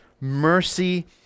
mercy